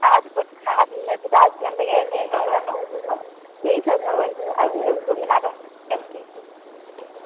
खाद खाद में पोटासियम को यही सब उसको मिलाकर है